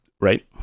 Right